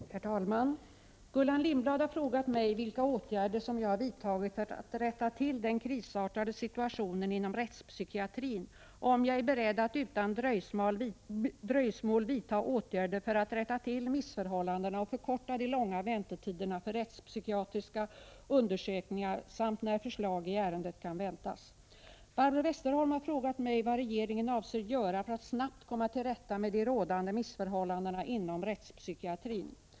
Herr talman! Gullan Lindblad har frågat mig vilka åtgärder som jag har vidtagit för att rätta till den krisartade situationen inom rättspsykiatrin och om jag är beredd att utan dröjsmål vidta åtgärder för att rätta till missförhållandena och förkorta de långa väntetiderna för rättspsykiatriska undersökningar samt när förslag i ärendet kan väntas. Barbro Westerholm har frågat mig vad regeringen avser göra för att snabbt komma till rätta med de rådande missförhållandena inom rättspsykiatrin.